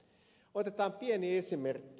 otetaan pieni esimerkki